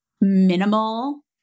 minimal